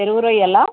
చెరువు రొయ్యలా